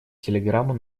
телеграмму